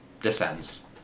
descends